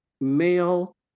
male